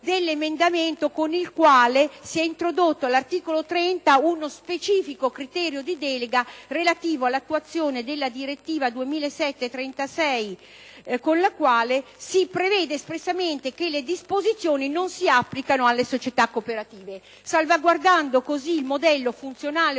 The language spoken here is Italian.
dell'emendamento con il quale si è introdotto, all'articolo 30, uno specifico criterio di delega relativo all'attuazione della suddetta direttiva, con il quale si prevede espressamente che le disposizioni non si applicano alle società cooperative. Si salvaguarda in tal modo il modello funzionale